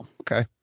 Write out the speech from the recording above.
Okay